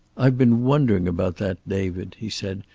i've been wondering about that, david, he said,